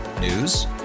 News